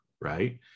right